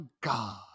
God